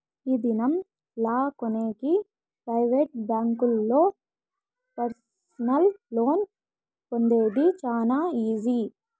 ఈ దినం లా కొనేకి ప్రైవేట్ బ్యాంకుల్లో పర్సనల్ లోన్ పొందేది చాలా ఈజీ